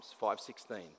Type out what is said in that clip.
5.16